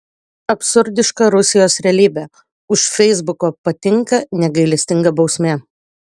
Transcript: absurdiška rusijos realybė už feisbuko patinka negailestinga bausmė